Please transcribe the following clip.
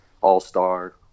all-star